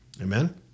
amen